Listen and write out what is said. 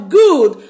good